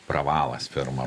pravalas firma